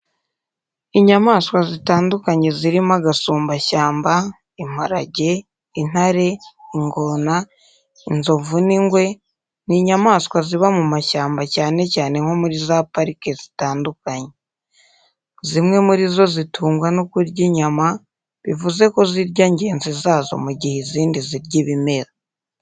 Inyamaswa zitandukanye zirimo agasumbashyamba, imparage, intare, ingona, inzovu n'ingwe ni inyamaswa ziba mu mashyamba cyane cyane nko muri za parike zitandukanye. Zimwe muri zo zitungwa no kurya inyama bivuze ko zirya ngenzi zazo mu gihe izindi zirya ibimera.